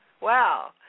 Wow